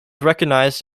recognized